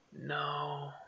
No